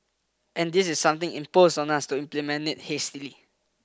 and this is something imposed on us to implement it hastily